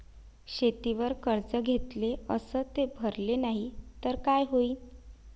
शेतीवर कर्ज घेतले अस ते भरले नाही तर काय होईन?